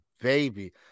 baby